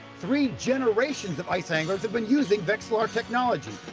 three generations of ice anglers have been using vexilar technology.